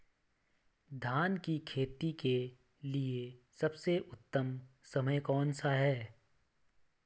धान की खेती के लिए सबसे उत्तम समय कौनसा है?